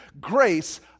grace